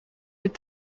est